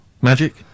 Magic